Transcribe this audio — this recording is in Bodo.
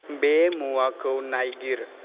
बे मुवाखौ नायगिर